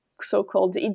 so-called